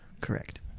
Correct